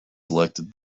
selected